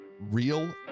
Real